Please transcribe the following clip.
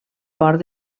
port